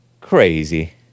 Crazy